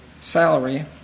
salary